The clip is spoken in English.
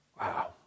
Wow